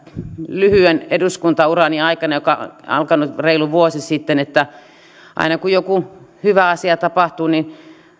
lyhyen eduskuntaurani aikana joka on alkanut reilu vuosi sitten että aina kun joku hyvä asia tapahtuu niin